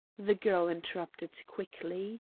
the girl interrupted quickly.